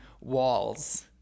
walls